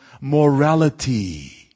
morality